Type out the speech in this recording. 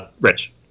Rich